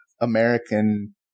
American